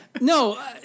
no